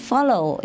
Follow